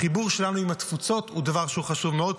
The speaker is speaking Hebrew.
החיבור שלנו עם התפוצות הוא דבר חשוב מאוד.